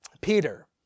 Peter